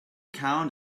count